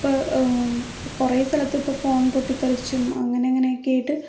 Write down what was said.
ഇപ്പം കുറെ സ്ഥലത്തിപ്പം ഫോൺ പൊട്ടിത്തെറിച്ചും അങ്ങനെ അങ്ങനെ ഒക്കെ ആയിട്ട്